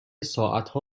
ساعتها